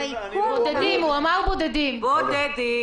הוא אמר בודדים.